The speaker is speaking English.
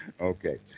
Okay